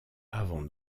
avant